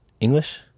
English